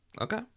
Okay